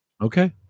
Okay